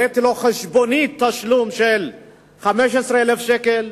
הראיתי לו חשבונית תשלום של 15,000 שקל,